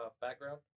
background